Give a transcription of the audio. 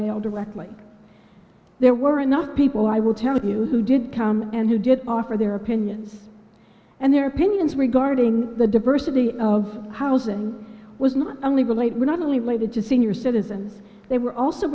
mail directly there were enough people i will tell you who did come and who did offer their opinions and their opinions regarding the diversity of housing was not only relate we not only waited to senior citizens they were also